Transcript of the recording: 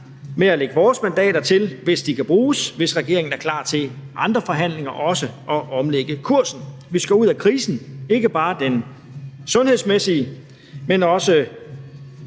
med at lægge vores mandater til, hvis de kan bruges, hvis regeringen er klar til andre forhandlinger også og omlægge kursen. Vi skal ud af krisen, ikke bare den sundhedsmæssige, men også